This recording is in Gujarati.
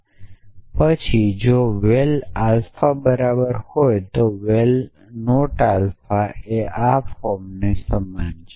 અને પછી જો val આલ્ફા બરાબર છે તો val નોટ આલ્ફા એ આ ફોર્મને સમાન છે